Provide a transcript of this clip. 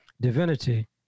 divinity